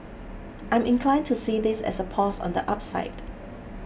I'm inclined to see this as a pause on the upside